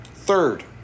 third